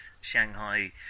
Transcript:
Shanghai